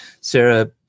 Sarah